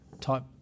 type